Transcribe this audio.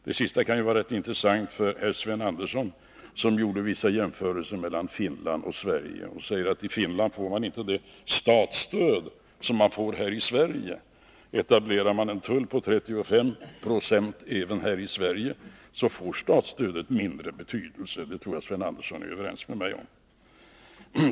Det senaste kan vara intressant för Sven Andersson att observera — han gjorde ju vissa jämförelser mellan Finland och Sverige och sade att i Finland får tekoindustrin inte det statsstöd som den får i Sverige. Etablerar vi en tull på 35 26 även här i Sverige får statsstödet mindre betydelse, det tror jag att Sven Andersson är överens med mig om.